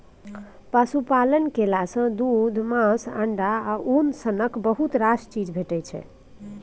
पशुपालन केला सँ दुध, मासु, अंडा आ उन सनक बहुत रास चीज भेटै छै